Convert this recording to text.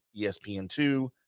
ESPN2